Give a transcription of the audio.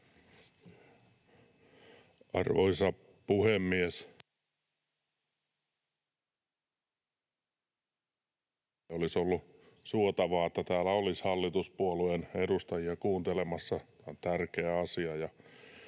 Arvoisa puhemies! Olisi ollut suotavaa, että täällä olisi hallituspuolueiden edustajia kuuntelemassa. Tämä on tärkeä asia.